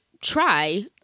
try